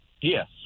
Yes